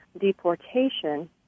deportation